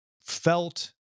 felt